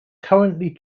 currently